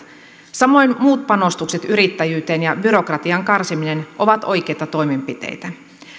samoin muut panostukset yrittäjyyteen ja byrokratian karsiminen ovat oikeita toimenpiteitä